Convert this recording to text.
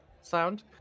sound